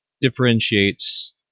differentiates